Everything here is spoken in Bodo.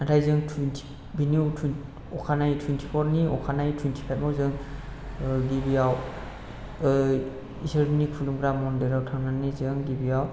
नाथाय जों तुइनति बेनि उन तुइन अखानायै तुइनतिफरनि अखानायै तुइनतिपाइपआव जों गिबियाव ओह इसोरनि खुलुमग्रा मन्दिरआव थांनानै जों गिबियाव